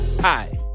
Hi